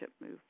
move